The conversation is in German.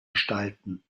gestalten